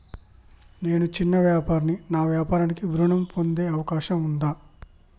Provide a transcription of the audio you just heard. నేను చిన్న వ్యాపారిని నా వ్యాపారానికి ఋణం పొందే అవకాశం ఉందా?